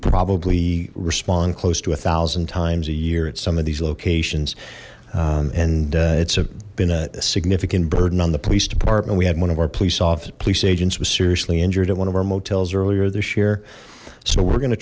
probably respond close to a thousand times a year at some of these locations and it's a been a significant burden on the police department we had one of our police office agents was seriously injured at one of our motels earlier this year so we're gonna